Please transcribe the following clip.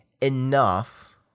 enough